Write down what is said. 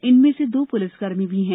इनमें से दो पुलिसकर्मी भी हैं